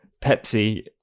Pepsi